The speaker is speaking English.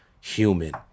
human